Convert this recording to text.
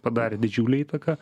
padarė didžiulę įtaką